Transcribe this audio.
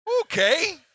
Okay